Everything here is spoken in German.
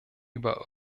über